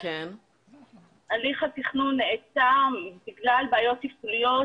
הליך התכנון נעצר בגלל בעיות תפעוליות,